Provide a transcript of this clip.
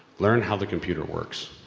learn how the computer works.